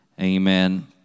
amen